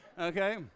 Okay